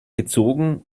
gezogen